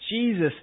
Jesus